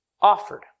offered